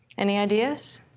any ideas?